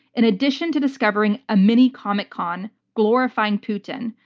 in addition to discovering a mini comic-con glorifying putin,